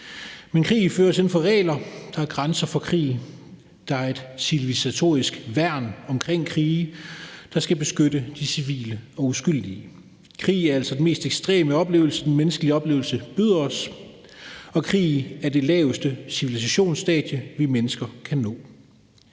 Men krig føres inden for regler, der er grænser for krig, der er civilisatorisk værn omkring krige, der skal beskytte de civile og uskyldige. Krig er altså den mest ekstreme oplevelse, den menneskelige tilværelse byder os, og krig er det laveste civilisationsstadie, vi mennesker kan nå,